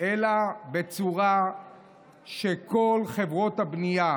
אלא בצורה שכל חברות הבנייה